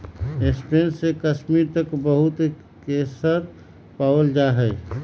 Spain से कश्मीर तक बहुत केसर पावल जा हई